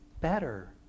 better